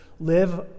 live